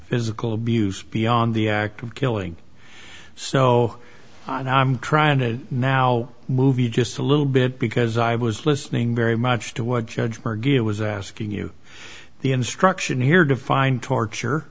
physical abuse beyond the act of killing so and i'm trying to now movie just a little bit because i was listening very much to what judge her gear was asking you the instruction here define torture